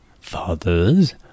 Fathers